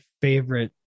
favorite